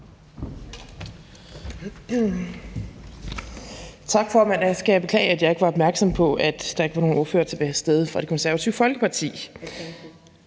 skal beklage, at jeg ikke var opmærksom på, at der ikke var nogen ordfører fra Det Konservative Folkeparti